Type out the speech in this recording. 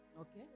Okay